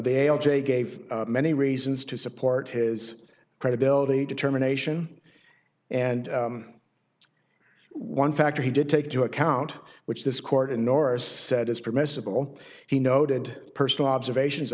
all j gave many reasons to support his credibility determination and one factor he did take into account which this court in nora's said is permissible he noted personal observation